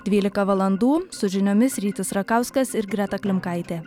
dvylika valandų su žiniomis rytis rakauskas ir greta klimkaitė